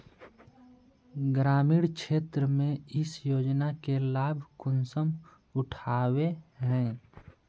ग्रामीण क्षेत्र में इस योजना के लाभ कुंसम उठावे है?